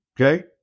Okay